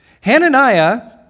Hananiah